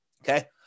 Okay